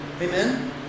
Amen